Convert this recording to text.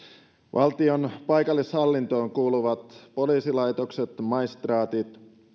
valtion paikallishallintoon kuuluvat poliisilaitokset maistraatit